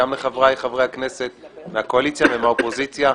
גם לחבריי חברי הכנסת מהקואליציה ומהאופוזיציה,